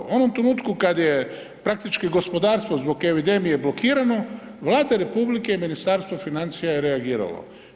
U onom trenutku kada je praktički gospodarstvo zbog epidemije blokirano Vlada RH i Ministarstvo financija je reagiralo.